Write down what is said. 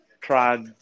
tried